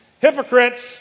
hypocrites